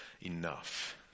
enough